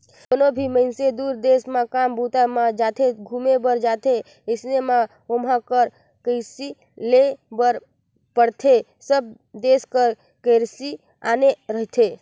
कोनो भी मइनसे दुसर देस म काम बूता म जाथे, घुमे बर जाथे अइसन म उहाँ कर करेंसी लेय बर पड़थे सब देस कर करेंसी आने रहिथे